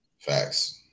Facts